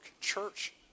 Church